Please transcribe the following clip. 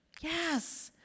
Yes